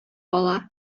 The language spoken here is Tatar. кала